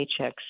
paychecks